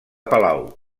palau